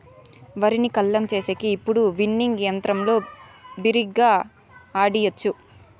వరిని కల్లం చేసేకి ఇప్పుడు విన్నింగ్ యంత్రంతో బిరిగ్గా ఆడియచ్చు